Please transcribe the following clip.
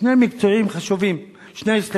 שני מקצועות חשובים,